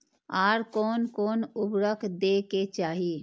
आर कोन कोन उर्वरक दै के चाही?